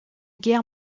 guerre